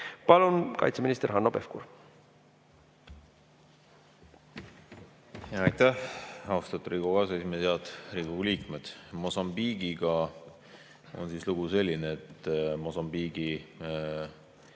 Palun, kaitseminister Hanno Pevkur!